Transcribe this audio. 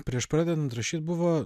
prieš pradedant rašyt buvo